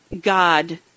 God